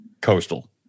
coastal